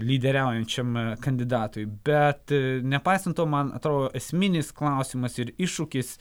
lyderiaujančiam kandidatui bet nepaisant to man atrodo esminis klausimas ir iššūkis